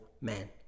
man